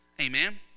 Amen